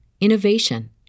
innovation